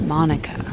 Monica